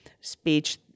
speech